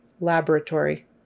laboratory